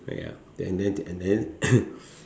ya and then and then